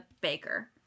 baker